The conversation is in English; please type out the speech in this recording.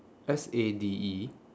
S A D E